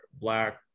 Black